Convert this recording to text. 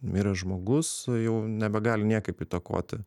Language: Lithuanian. miręs žmogus jau nebegali niekaip įtakoti